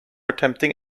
attempting